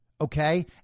Okay